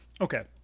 Okay